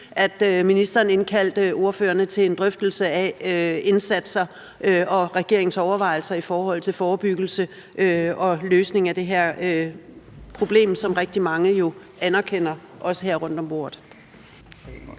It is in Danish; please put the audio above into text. at ministeren indkaldte ordførerne til en drøftelse af indsatser og af regeringens overvejelser i forhold til forebyggelse og løsning af det her problem, som rigtig mange her rundt om bordet